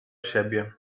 siebie